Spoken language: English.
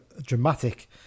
dramatic